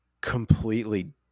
Completely